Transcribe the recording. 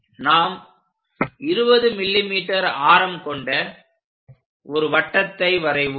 நாம் 20 mm ஆரம் கொண்ட ஒரு வட்டத்தை வரைவோம்